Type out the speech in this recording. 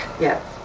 Yes